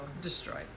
Destroyed